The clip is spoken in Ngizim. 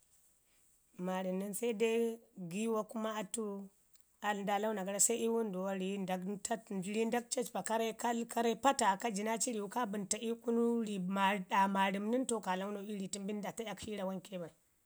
Maarəm nən se dai giwa kuma atu nda launa gara se ii wənduwa ri ndak jirin ndak cacpa karre pal pata kaji nari ii riwu ka bənta ii kunu ri ɗa marən nən to kaa launau ii ri tən bin nda taɗa shi rawanke bai.